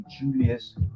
Julius